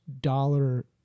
dollar